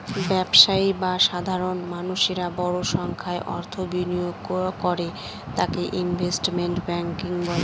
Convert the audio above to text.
ব্যবসায়ী বা সাধারণ মানুষেরা বড় সংখ্যায় অর্থ বিনিয়োগ করে তাকে ইনভেস্টমেন্ট ব্যাঙ্কিং বলে